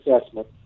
assessment